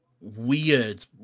weird